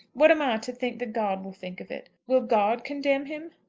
what am i to think that god will think of it? will god condemn him?